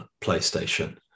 PlayStation